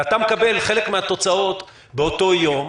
ואתה מקבל חלק מהתוצאות באותו יום.